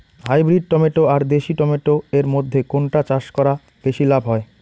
Hybrid tomato আর দেশি tomato এর মইধ্যে কোনটা চাষ করা বেশি লাভ হয়?